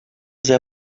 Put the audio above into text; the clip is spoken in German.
sehr